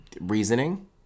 Reasoning